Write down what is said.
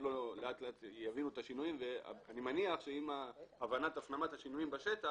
לאט לאט יבינו את השינויים ואני מניח שעם הבנת והפנמת השינויים בשטח,